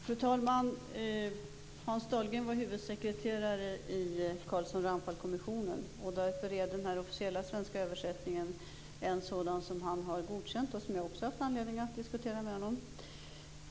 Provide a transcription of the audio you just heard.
Fru talman! Hans Dahlgren var huvudsekreterare i Carlsson-Ramphal-kommissionen. Därför är den officiella svenska översättningen sådan som han har godkänt och som jag också haft anledning att diskutera med honom.